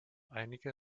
einige